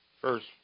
First